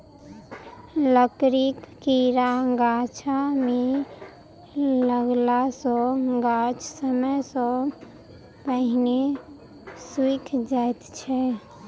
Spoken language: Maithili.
लकड़ीक कीड़ा गाछ मे लगला सॅ गाछ समय सॅ पहिने सुइख जाइत छै